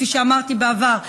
כפי שאמרתי בעבר,